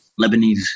Lebanese